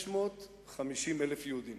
650,000 יהודים.